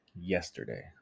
yesterday